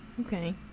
okay